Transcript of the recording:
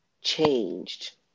changed